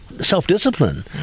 self-discipline